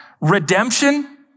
redemption